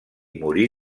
morir